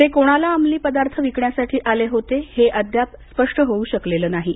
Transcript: ते कोणाला अंमली पदार्थ विकण्यासाठी आले होते हे अद्याप स्पष्ट होऊ शकलेलं नाहीत